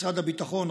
משרד הביטחון,